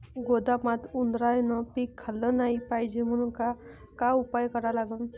गोदामात उंदरायनं पीक खाल्लं नाही पायजे म्हनून का उपाय करा लागन?